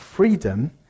freedom